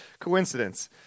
coincidence